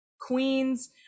queens